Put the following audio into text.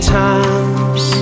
times